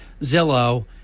Zillow